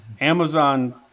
Amazon